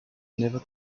never